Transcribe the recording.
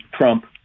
Trump